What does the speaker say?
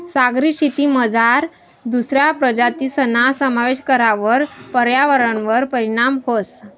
सागरी शेतीमझार दुसरा प्रजातीसना समावेश करावर पर्यावरणवर परीणाम व्हस